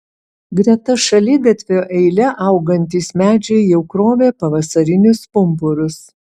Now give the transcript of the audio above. greta šaligatvio eile augantys medžiai jau krovė pavasarinius pumpurus